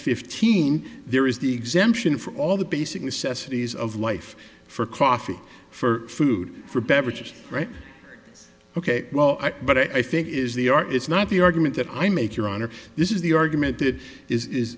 fifteen there is the exemption for all the basic necessities of life for coffee for food for beverages right ok but i think it is the or it's not the argument that i make your honor this is the argument that is